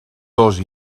dos